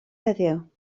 heddiw